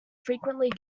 frequently